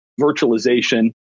virtualization